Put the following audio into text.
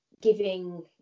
giving